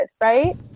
right